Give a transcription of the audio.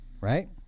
Right